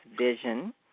vision